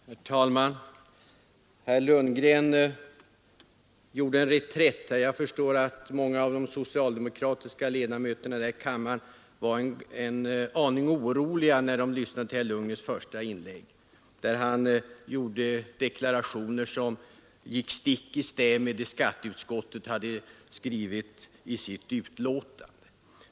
Herr talman! Herr Lundgren gjorde en reträtt i sitt senaste inlägg. Jag förstår att många av de socialdemokratiska ledamöterna här i kammaren var en aning oroliga när de lyssnade till herr Lundgrens första inlägg där han gjorde uttalanden som gick stick i stäv med vad skatteutskottet skrivit i sitt betänkande.